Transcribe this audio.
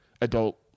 adult